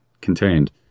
contained